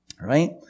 Right